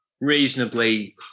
reasonably